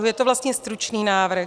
Je to vlastně stručný návrh.